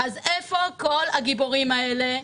אז איפה כל הגיבורים האלה?